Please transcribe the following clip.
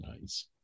nice